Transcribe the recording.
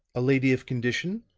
a lady of condition,